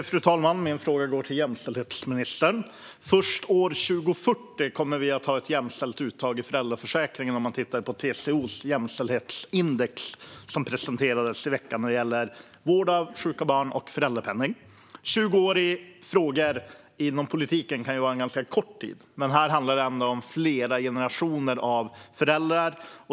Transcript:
Fru talman! Min fråga går till jämställdhetsministern. Först år 2040 kommer vi att ha ett jämställt uttag av föräldraförsäkringen. Det kan man se i TCO:s jämställdhetsindex, som presenterades i veckan. Det gäller vård av sjuka barn och föräldrapenning. Inom politiken kan 20 år i olika frågor vara en ganska kort tid, men här handlar det om flera generationer av föräldrar.